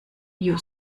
you